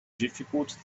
difficult